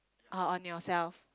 oh on yourself